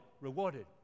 rewarded